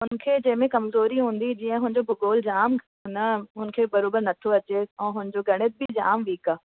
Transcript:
हुनखे जंहिं में कमज़ोरी हूंदी जीअं हुनजो भूगोल जामु न हुनखे बरोबरु नथो अचे ऐं हुनजो गणित बि जामु वीक आहे